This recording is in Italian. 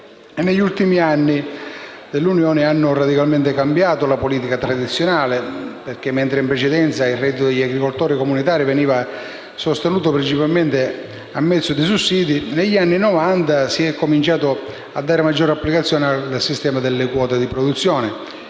gli organi dell'Unione hanno radicalmente cambiato la politica tradizionale e, mentre in precedenza il reddito degli agricoltori comunitari veniva sostenuto principalmente a mezzo di sussidi, dagli anni '90 si è cominciato a dare maggiore applicazione al sistema delle "quote" di produzione,